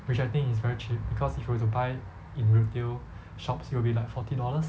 which I think is very cheap because if you were to buy in retail shops it will be like fourty dollars